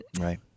Right